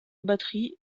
batteries